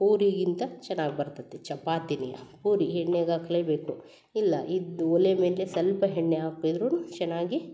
ಪೂರಿಗಿಂತ ಚೆನ್ನಾಗಿ ಬರ್ತತೆ ಚಪಾತಿನೆಯ ಪೂರಿ ಎಣ್ಣೆಗೆ ಹಾಕ್ಲೇ ಬೇಕು ಇಲ್ಲಾ ಇದು ಒಲೆ ಮೇಲೆ ಸ್ವಲ್ಪ ಎಣ್ಣೆ ಹಾಕಿದ್ದರೂ ಚೆನ್ನಾಗಿ